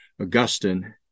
Augustine